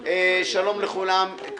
שלום רב, אני מתכבד לפתוח את הישיבה.